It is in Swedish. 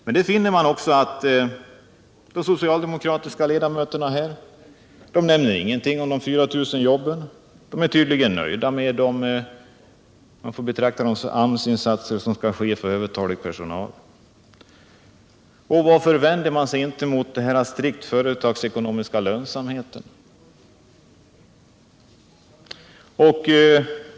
Men man finner att inte heller de socialdemokratiska ledamöterna nämner någonting om de 4 000 jobben. De är tydligen nöjda med det som kan betraktas som AMS-insatser som skall göras för övertalig personal. Och varför vänder man sig inte emot den strikt företagsekonomiska lönsamheten?